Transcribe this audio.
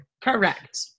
Correct